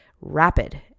rapid